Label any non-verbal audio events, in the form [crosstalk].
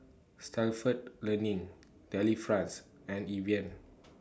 Stalford Learning Delifrance and Evian [noise]